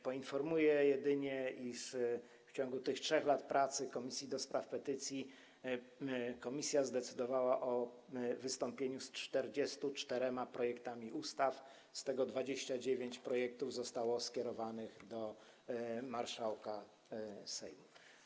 Poinformuję jedynie, iż w ciągu tych 3 lat pracy Komisja do Spraw Petycji zdecydowała o wystąpieniu z 44 projektami ustaw, w tym 29 projektów zostało skierowanych do marszałka Sejmu.